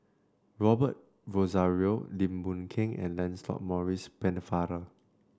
Robert Rozario Lim Boon Keng and Lancelot Maurice Pennefather